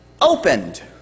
opened